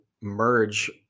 merge